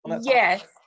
yes